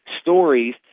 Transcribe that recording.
stories